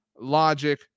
logic